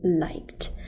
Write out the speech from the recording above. liked